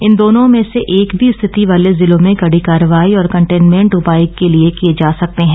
इन दोनों में से एक भी स्थिति वाले जिलो में कड़ी कार्रवाई और कंटेनमेंट उपाय किए जा सकते हैं